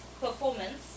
performance